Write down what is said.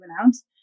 announce